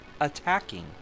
attacking